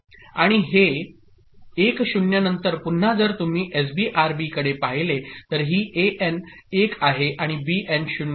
आणि हे 1 0 नंतर पुन्हा जर तुम्ही एसबी आरबीकडे पाहिले तर ही एएन 1 आहे आणि बीएन 0 आहे